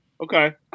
okay